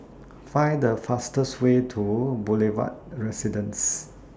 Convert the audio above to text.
Find The fastest Way to Boulevard Residence